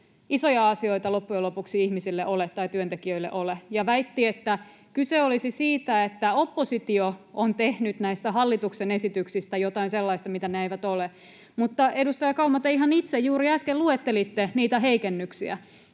isoja asioita loppujen lopuksi ole ihmisille, työntekijöille, ja väitti, että kyse olisi siitä, että oppositio on tehnyt näistä hallituksen esityksistä jotain sellaista, mitä ne eivät ole. Mutta edustaja Kauma, te ihan itse juuri äsken luettelitte niitä heikennyksiä.